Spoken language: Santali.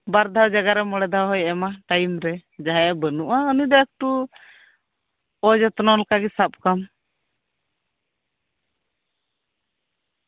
ᱵᱟᱨ ᱫᱷᱟᱣ ᱡᱟᱭᱜᱟ ᱨᱮ ᱢᱚᱬᱮ ᱫᱷᱟᱣ ᱦᱚᱸᱭ ᱮᱢᱟ ᱴᱟᱭᱤᱢ ᱨᱮ ᱡᱟᱦᱟᱸᱭᱟᱜ ᱵᱟᱹᱱᱩᱜᱼᱟ ᱩᱱᱤ ᱫᱚ ᱮᱠᱴᱩ ᱚᱡᱚᱛᱱᱚ ᱞᱮᱠᱟᱜᱮ ᱥᱟᱵ ᱠᱟᱢ